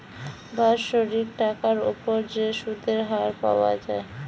বাৎসরিক টাকার উপর যে সুধের হার পাওয়া যায়